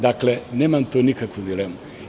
Dakle, nemam tu nikakvu dilemu.